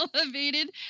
elevated